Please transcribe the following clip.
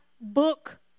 book